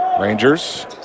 Rangers